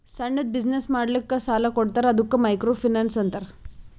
ಸಣ್ಣುದ್ ಬಿಸಿನ್ನೆಸ್ ಮಾಡ್ಲಕ್ ಸಾಲಾ ಕೊಡ್ತಾರ ಅದ್ದುಕ ಮೈಕ್ರೋ ಫೈನಾನ್ಸ್ ಅಂತಾರ